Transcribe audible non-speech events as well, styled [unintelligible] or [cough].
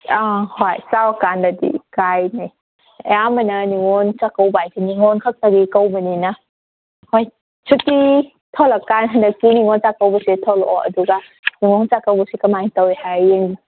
ꯍꯣꯏ ꯆꯥꯎꯔꯀꯥꯟꯗꯗꯤ ꯏꯀꯥꯏꯅꯩ ꯑꯌꯥꯝꯕꯅ ꯅꯤꯉꯣꯜ ꯆꯥꯛꯀꯧꯕ ꯍꯥꯏꯁꯤ ꯅꯤꯉꯣꯜ ꯈꯛꯇꯒꯤ ꯀꯧꯕꯅꯤꯅ ꯍꯣꯏ ꯁꯨꯇꯤ ꯊꯣꯛꯂꯛꯀꯥꯟ ꯍꯟꯗꯛꯀꯤ ꯅꯤꯉꯣꯜ ꯆꯥꯛꯀꯧꯕꯁꯦ ꯊꯣꯛꯂꯛꯑꯣ ꯑꯗꯨꯒ ꯅꯤꯉꯣꯜ ꯆꯥꯛꯀꯧꯕꯁꯦ ꯀꯃꯥꯏꯅ ꯇꯧꯋꯤ ꯍꯥꯏ ꯌꯦꯡ [unintelligible]